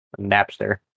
Napster